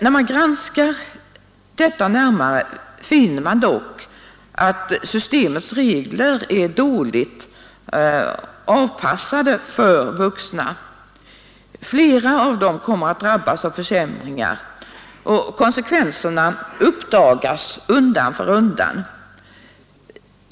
När man granskar detta närmare finner man dock att systemets regler är dåligt avpassade för vuxna. Flera kommer att drabbas av försämringar. Konsekvenserna uppdagas undan för undan.